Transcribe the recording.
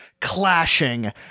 clashing